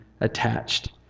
attached